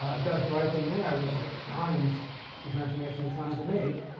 it does the right thing there, which is what defines the transformation we're trying to make.